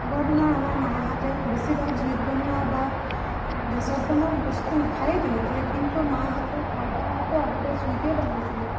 আগৰ দিনৰ আমাৰ মাহঁতে বেছিভাগ জুইত বনোৱা বা গেছত বনোৱা বস্তু নাখায়েই তেনেকৈ কিন্তু মাহঁতে আইতাহঁতে আগতে জুইতেই বনাইছিলে